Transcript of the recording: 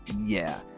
yeah.